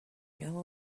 know